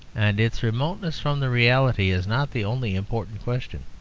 and its remoteness from the reality is not the only important question.